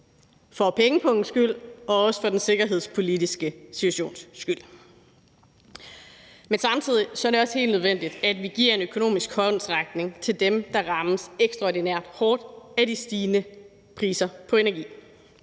for pengepungens skyld og også for den sikkerhedspolitiske situations skyld. Men samtidig er det også helt nødvendigt, at vi giver en økonomisk håndsrækning til dem, der rammes ekstraordinært hårdt af de stigende priser på energi.